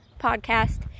podcast